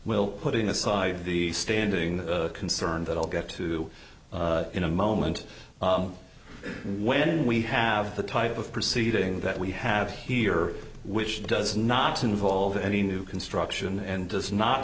will putting aside the standing concern that i'll get to in a moment when we have the type of proceeding that we have here which does not involve any new construction and does not